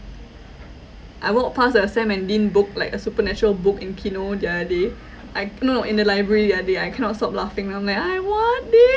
I walked past the sam and dean book like a supernatural book in kino the other day I no in the library the other day I cannot stop laughing then I'm like I want this